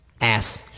Ass